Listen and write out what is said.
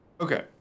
Okay